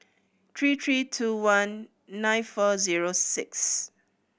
three three two one nine four zero six